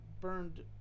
burned